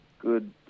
Good